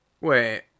Wait